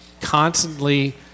constantly